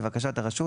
לבקשת הרשות,